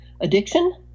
addiction